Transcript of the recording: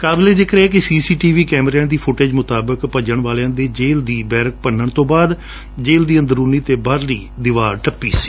ਕਾਬਲੇ ਜਿਕਰ ਹੈ ਕਿ ਸੀਸੀਟੀਵੀ ਕੈਮਰਿਆਂ ਦੀ ਫ਼ਟੇਜ ਮੁਤਾਬਕ ਭੱਜਣ ਵਾਲਿਆਂ ਦੇ ਜੇਲ ਦੀ ਬੈਰਕ ਭੰਨਣ ਤੋਂ ਬਾਅਦ ਜੇਲ ਦੀ ਅੰਦਰੁਨੀ ਅਤੇ ਬਾਹਰਲੀ ਦੀਵਾਰ ਠੱਪੀ ਸੀ